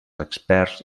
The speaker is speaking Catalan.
experts